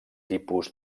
tipus